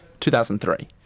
2003